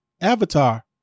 Avatar